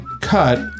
cut